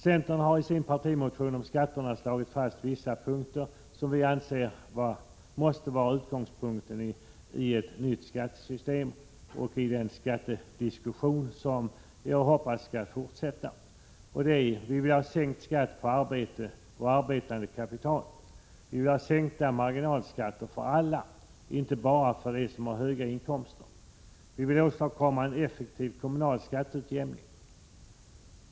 Centern har i sin partimotion om skatterna slagit fast vissa punkter, som vi anser måste vara utgångspunkter i ett nytt skattesystem och för den skattediskussion som jag hoppas skall fortsätta. Vi vill ha sänkt skatt på arbete och arbetande kapital. Vi vill ha sänkta marginalskatter för alla, inte bara för dem som har höga inkomster. Vi vill åstadkomma en effektiv kommunal skatteutjämning.